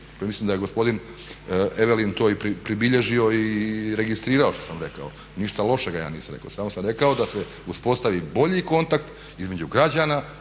mislim da je gospodin Evelin to i pribilježio i registrirao što sam rekao, ništa lošega ja nisam rekao. Samo sam rekao da se uspostavi bolji kontakt između građana